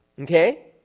Okay